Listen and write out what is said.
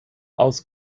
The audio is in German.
aus